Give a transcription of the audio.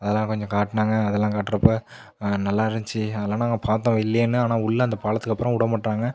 அதெலாம் கொஞ்சம் காட்டினாங்க அதெலாம் காட்டுறப்ப நல்லாருந்துச்சி அதெலாம் நாங்கள் பார்த்தோம் வெளிலயே நின்று ஆனால் உள்ள அந்த பாலத்துக்கு அப்புறம் விடமாட்டாங்க